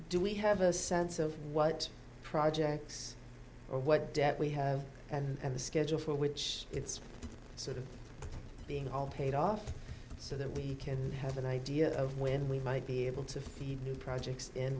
do we have a sense of what projects what debt we have and the schedule for which it's sort of being all paid off so that we can have an idea of when we might be able to feed new projects in